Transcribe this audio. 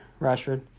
Rashford